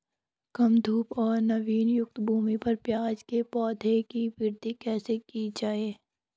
कम धूप और नमीयुक्त भूमि पर प्याज़ के पौधों की वृद्धि कैसे की जाए?